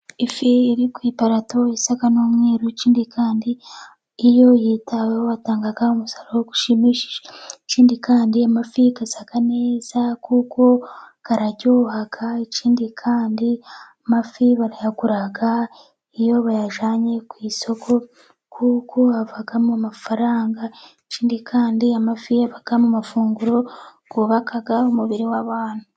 Ifi iri ku iparato isa n'umweru, ikindi kandi iyo yitaweho atanga umusaruro ushimishije, ikindi kandi amafi asa neza kuko araryoha, ikindi kandi amafi barayagura iyo bayajyanye ku isoko kuko havamo amafaranga, ikindi kandi amafi aba mu mafunguro yubaka umubiri w'abantu.